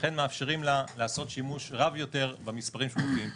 ולכן מאפשרים לה לעשות שימוש רב יותר במספרים שמופיעים פה.